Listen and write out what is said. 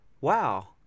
wow